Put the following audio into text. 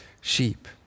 sheep